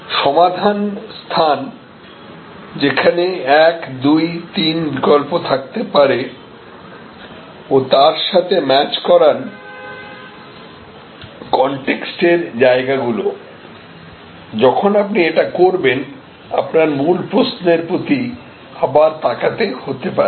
সমাধান স্থান যেখানে 1 2 3 বিকল্প থাকতে পারে ও তার সাথে ম্যাচ করান কনটেক্সটের জায়গাগুলো যখন আপনি এটা করবেন আপনার মূল প্রশ্নের প্রতি আবার তাকাতে হতে পারে